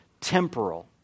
temporal